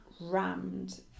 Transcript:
rammed